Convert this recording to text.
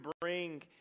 bring